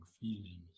feeling